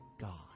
God